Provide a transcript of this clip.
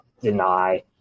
deny